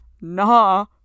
Nah